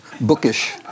bookish